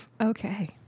Okay